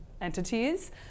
entities